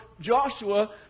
Joshua